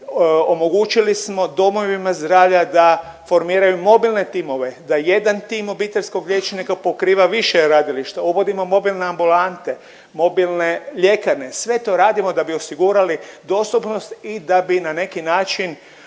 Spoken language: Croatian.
Omogućili smo domovima zdravlja da formiraju mobilne timove da jedan tim obiteljskog liječnika pokriva više radilišta, uvodimo mobilne ambulante, mobilne ljekarne, sve to radimo da bi osigurali dostupnost i da bi na neki način